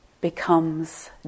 becomes